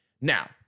now